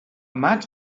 maig